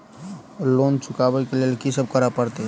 Loan चुका ब लैल की सब करऽ पड़तै?